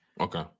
Okay